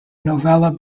novella